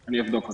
אני אבדוק אותו.